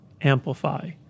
amplify